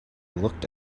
looked